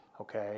okay